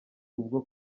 ubwo